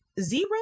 zero